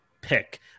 pick